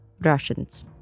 Russians